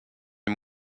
est